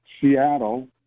Seattle